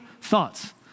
thoughts